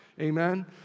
Amen